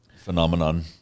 phenomenon